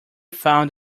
found